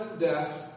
death